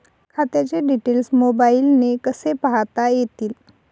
खात्याचे डिटेल्स मोबाईलने कसे पाहता येतील?